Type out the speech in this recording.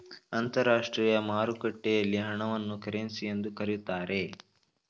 ಅಂತರಾಷ್ಟ್ರೀಯ ಮಾರುಕಟ್ಟೆಯಲ್ಲಿ ಹಣವನ್ನು ಕರೆನ್ಸಿ ಎಂದು ಕರೀತಾರೆ